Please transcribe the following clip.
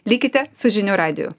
likite su žinių radiju